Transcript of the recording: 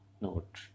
note